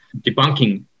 debunking